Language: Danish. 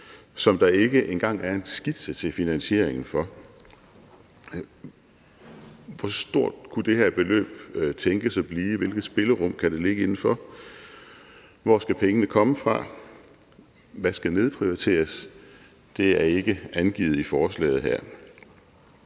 som der ikke engang er en skitse til finansiering for. Hvor stort kunne det her beløb tænkes at blive? Hvilket spillerum kan det ligge inden for? Hvor skal pengene komme fra? Hvad skal nedprioriteres? Det er ikke angivet i forslaget her.